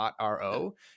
.ro